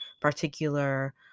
particular